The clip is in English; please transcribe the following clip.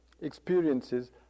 experiences